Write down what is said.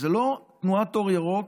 זו לא עמותת אור ירוק,